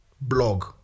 blog